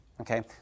okay